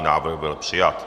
Návrh byl přijat.